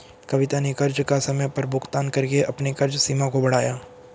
कविता ने कर्ज का समय पर भुगतान करके अपने कर्ज सीमा को बढ़ाया